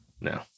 no